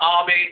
army